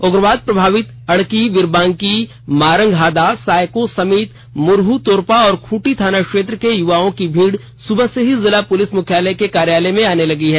उग्रवाद प्रभावित अड़की बिरबांकी मारंगहादा सायको समेत मुरह तोरपा और खूंटी थाना क्षेत्र के युवाओं की भीड़ सुबह से ही जिला पुलिस मुख्यालय के कार्यालय में आने लगी हैं